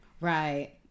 Right